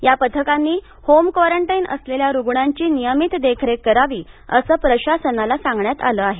या पथकांनी home quarantine असलेल्या रुग्णांची नियमित देखरेख करावी असं प्रशासनाला सांगण्यात आलं आहे